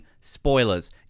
spoilers